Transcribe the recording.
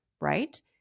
right